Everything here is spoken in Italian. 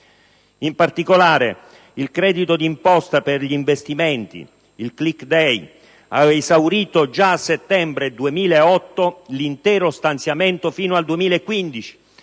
In particolare, il credito di imposta per gli investimenti - il cosiddetto *click day* - ha esaurito già a settembre 2008 l'intero stanziamento fino al 2015